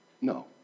No